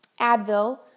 Advil